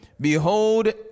behold